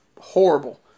horrible